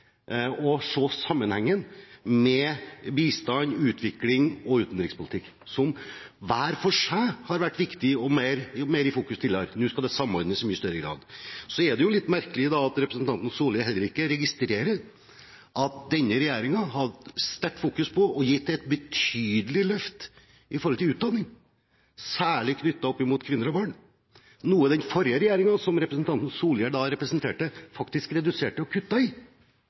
sammenhengen mellom bistand, utvikling og utenrikspolitikk, som hver for seg har vært viktig og mer i fokus tidligere. Nå skal det samordnes i mye større grad. Så er det jo litt merkelig at representanten Solhjell heller ikke registrerer at denne regjeringen har hatt sterkt fokus på og gitt et betydelig løft til utdanning, særlig knyttet opp mot kvinner og barn, noe den forrige regjeringen, som representanten Solhjell representerte, faktisk reduserte og kuttet i.